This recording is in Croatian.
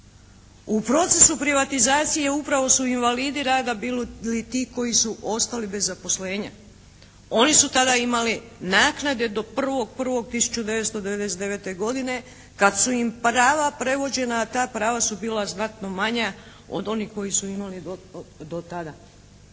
U procesu privatizacije upravo su invalidi rada bili ti koji su ostali bez zaposlenja. Oni su tada imali naknade do 1.1.1999. godine kad su im prava prevođena, a ta prava su bila znatna manja od onih koje su imali do tada.